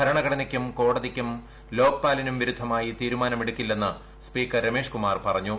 ഭരണഘടനയ്ക്കും ലോക്പാലിനും കോടതിക്കും വിരുദ്ധമായി തീരുമാനമെടുക്കില്ലെന്ന് സ്പീക്കർ രമേഷ്കുമാർ പറഞ്ഞു